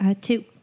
Two